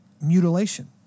mutilation